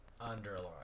underline